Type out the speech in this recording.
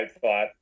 thought